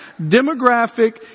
demographic